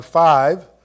Five